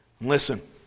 Listen